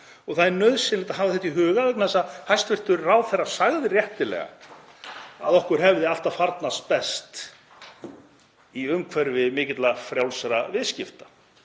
Það er nauðsynlegt að hafa þetta í huga vegna þess að hæstv. ráðherra sagði réttilega að okkur hefði alltaf farnast best í umhverfi mikilla frjálsra viðskipta.